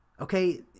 Okay